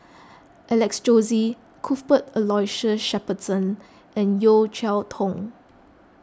Alex Josey Cuthbert Aloysius Shepherdson and Yeo Cheow Tong